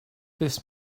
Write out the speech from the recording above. this